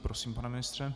Prosím, pane ministře.